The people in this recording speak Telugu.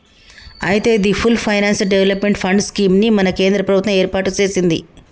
అయితే the full finance development fund scheme ని మన కేంద్ర ప్రభుత్వం ఏర్పాటు సెసింది